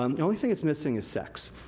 um the only thing it's missing is sex.